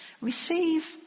Receive